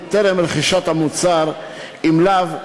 טרם רכישת המוצר אם לרכוש אותו אם לאו.